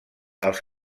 als